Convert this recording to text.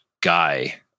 guy